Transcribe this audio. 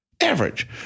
average